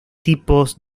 tipos